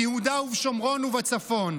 ביהודה ובשומרון ובצפון.